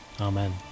Amen